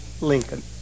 Lincoln